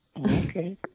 Okay